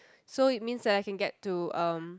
so it means that I can get to um